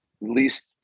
least